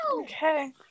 Okay